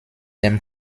dem